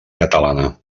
catalana